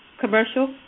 commercial